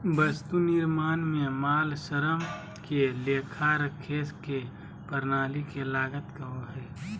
वस्तु निर्माण में माल, श्रम के लेखा रखे के प्रणाली के लागत कहो हइ